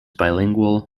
bilingual